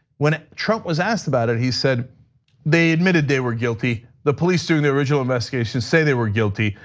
when trump was asked about it, he said they admitted they were guilty. the police during the original investigation say they were guilty.